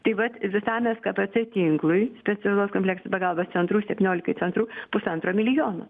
tai vat visam skfc tinklui specialaus kompleksinio pagalbos centrų septyniolikai centrų pusantro milijono